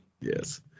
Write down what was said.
yes